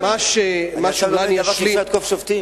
אסור היה לו, שאפשר לתקוף שופטים.